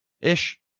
ish